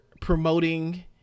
promoting